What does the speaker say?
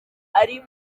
ari